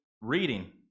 reading